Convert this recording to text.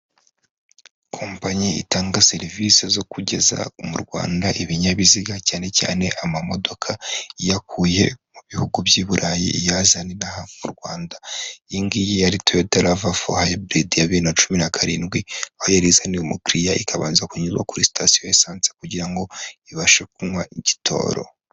Kompanyi itanga serivisi zo kugeza mu Rwanda ibinyabiziga, cyane cyane ama modoka, iyakuye mu bihugu by'i Burayi, iyazana inaha mu Rwanda, iyi ngiyi yari Toyota Rav4 hybrid ya bibiri na cumi na karindwi, aho yari izaniwe umukiriya ikabanza kunyuzwa kuri sitasiyo ya esansi kugira ngo ibashe kunywa igitoro.